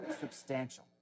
substantial